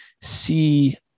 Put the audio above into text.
see